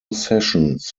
sessions